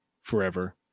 forever